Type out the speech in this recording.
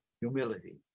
humility